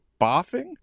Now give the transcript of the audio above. boffing